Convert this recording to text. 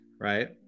right